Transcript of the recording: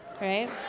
right